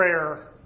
prayer